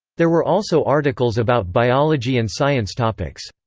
there were also articles about biology and science topics.